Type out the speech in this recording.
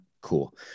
Cool